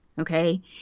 okay